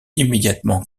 immédiatement